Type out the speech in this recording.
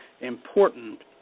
important